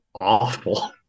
awful